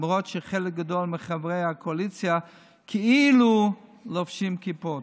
למרות שחלק גדול מחברי הקואליציה כאילו חובשים כיפות,